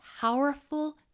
powerful